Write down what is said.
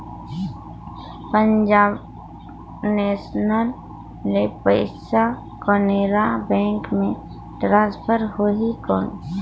Punjab National ले पइसा Canara Bank मे ट्रांसफर होहि कौन?